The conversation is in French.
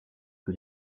que